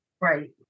Right